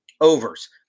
overs